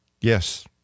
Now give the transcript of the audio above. Yes